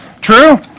True